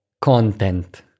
content